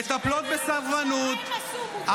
מטפלות בסרבנות.